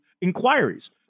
inquiries